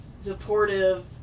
supportive